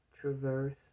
traverse